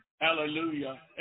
Hallelujah